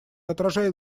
отражает